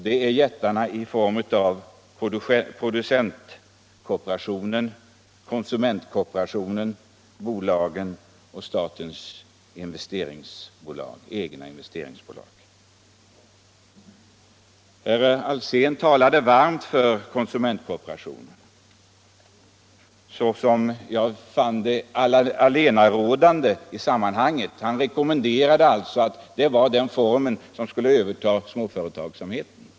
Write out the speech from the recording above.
De företag det gäller är producentkooperationen, konsumentkooperationen, bolagen och statens egna investeringsbolag. Herr Alsén talade varmt för konsumentkooperationen, som såvitt jag förstod borde vara allenarådande i sammanhanget. Han rekommenderade alltså att den driftformen skulle överta småföretagsamheten.